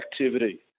activity